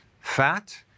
fat